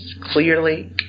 Clearly